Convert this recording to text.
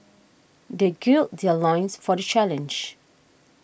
they gird their loins for the challenge